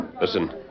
Listen